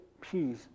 peace